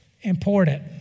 important